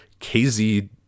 KZ